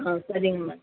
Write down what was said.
ஆ சரிங்க மேம்